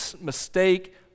mistake